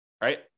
right